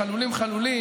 חלולים-חלולים,